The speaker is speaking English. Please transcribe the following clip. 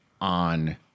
on